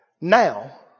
now